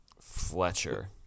Fletcher